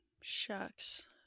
shucks